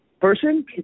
person